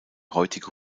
heutige